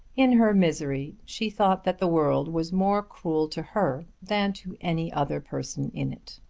in her misery she thought that the world was more cruel to her than to any other person in it.